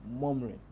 murmuring